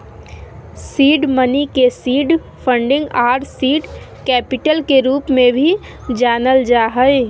seed money के seed funding आर seed capital के रूप में भी जानल जा हइ